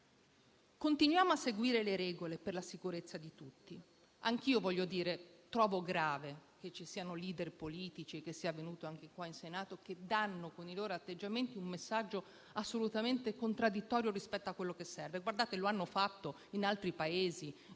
Continuiamo a seguire le regole per la sicurezza di tutti. Anch'io trovo grave che ci siano *leader* politici - ed è avvenuto anche qui in Senato - che danno con i loro atteggiamenti un messaggio assolutamente contraddittorio rispetto a quello che serve. Guardate, lo hanno fatto in altri Paesi, ad